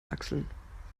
achseln